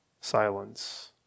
silence